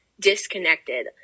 disconnected